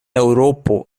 eŭropo